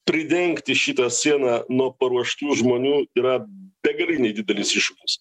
pridengti šitą sieną nuo paruoštų žmonių yra begaliniai didelis iššūkis